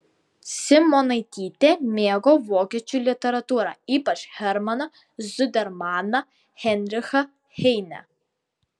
simonaitytė mėgo vokiečių literatūrą ypač hermaną zudermaną heinrichą heinę